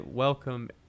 Welcome